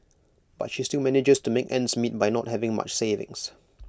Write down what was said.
but she still manages to make ends meet by not having much savings